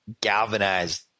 galvanized